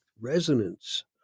resonance